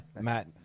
matt